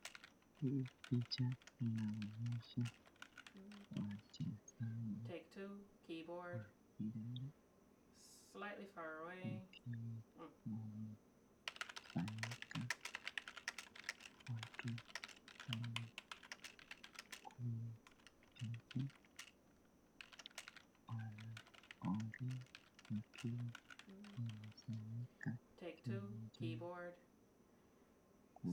Hii picha inaonyesha wachezaji wa Kenya, wakiwa wamekusanyika kwenye uwanja huu, wanaongea wakiwa wamekusanyika kiwanjani.